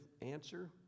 answer